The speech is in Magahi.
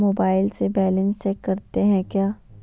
मोबाइल से बैलेंस चेक करते हैं क्या?